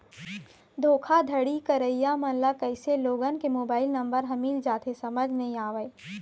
धोखाघड़ी करइया मन ल कइसे लोगन के मोबाईल नंबर ह मिल जाथे समझ नइ आवय